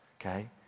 okay